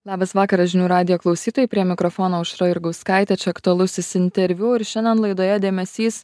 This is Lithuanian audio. labas vakaras žinių radijo klausytojai prie mikrofono aušra jurgauskaitė aktualusis interviu ir šiandien laidoje dėmesys